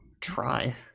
Try